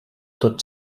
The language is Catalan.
tot